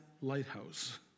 lighthouse